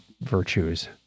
virtues